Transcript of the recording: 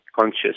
conscious